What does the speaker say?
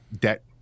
debt